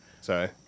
Sorry